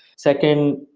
second,